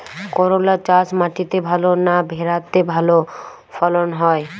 করলা চাষ মাটিতে ভালো না ভেরাতে ভালো ফলন হয়?